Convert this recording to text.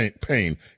pain